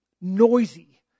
noisy